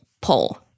pull